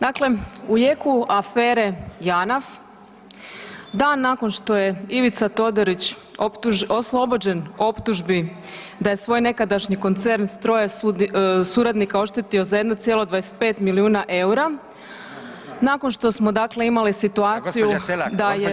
Dakle u jeku afere Janaf, dan nakon što je Ivica Todorić oslobođen optužbi da je svoj nekadašnji koncern s troje suradnika oštetio za 1,25 milijuna EUR-a, nakon što smo dakle imali situaciju da je